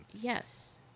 Yes